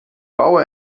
baue